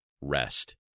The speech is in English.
rest